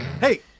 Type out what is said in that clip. Hey